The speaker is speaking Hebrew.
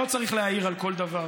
לא צריך להעיר על כל דבר.